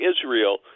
Israel